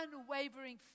unwavering